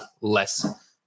less